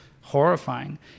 horrifying